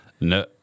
No